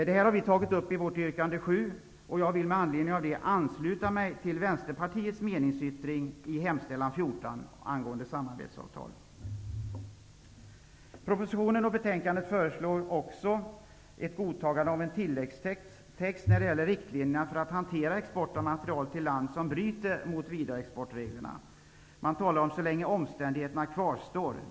Detta har vi tagit upp i vårt yrkande 7, och jag vill med anledning av det ansluta mig till Propositionen och betänkandet föreslår också ett godtagande av en tilläggstext som gäller riktlinjerna för hanteringen av export av materiel till land som bryter mot vidareexportreglerna. Den skall gälla så länge omständigheterna kvarstår, talar man om.